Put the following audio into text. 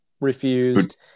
refused